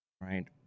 right